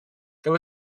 there